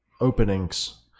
openings